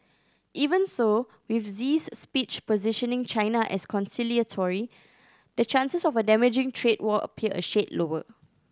even so with Xi's speech positioning China as conciliatory the chances of a damaging trade war appear a shade lower